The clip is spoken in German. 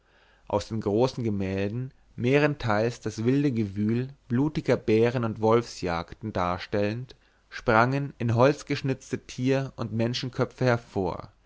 aus den großen gemälden mehrenteils das wilde gewühl blutiger bären und wolfsjagden darstellend sprangen in holz geschnitzte tier und menschenköpfe hervor